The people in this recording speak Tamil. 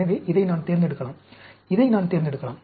எனவே இதை நான் தேர்ந்தெடுக்கலாம் இதை நான் தேர்ந்தெடுக்கலாம்